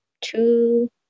two